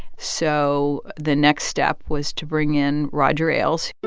so the next step was to bring in roger ailes